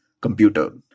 computer